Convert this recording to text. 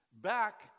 back